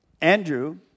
Andrew